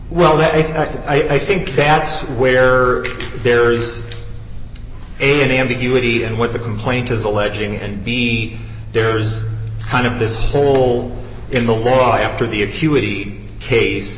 well hey i think that's where there is any ambiguity and what the complaint is alleging and b there's kind of this hole in the law after the